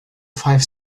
five